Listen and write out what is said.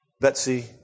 Betsy